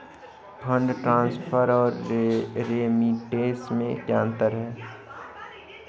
Fund transfer और remittance में क्या अंतर है?